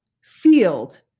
field